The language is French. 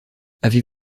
avez